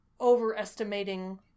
overestimating